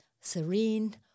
serene